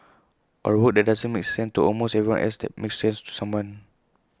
or A work that doesn't make sense to almost everyone else that makes sense to someone